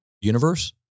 universe